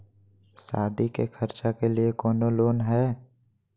सादी के खर्चा के लिए कौनो लोन है?